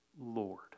Lord